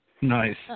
Nice